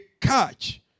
catch